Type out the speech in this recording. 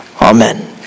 Amen